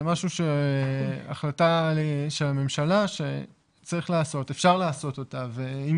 זה החלטה של הממשלה שאפשר לעשות אותה ואם